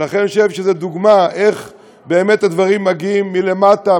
ולכן אני חושב שזאת דוגמה איך באמת הדברים מגיעים מלמטה,